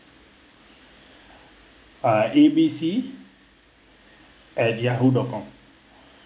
uh A B C at yahoo dot com